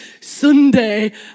Sunday